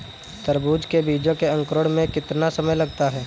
तरबूज के बीजों के अंकुरण में कितना समय लगता है?